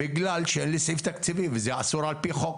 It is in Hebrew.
משום שאין לי סעיף תקציבי וזה אסור על פי חוק,